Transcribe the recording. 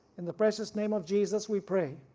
in the precious name of jesus we pray.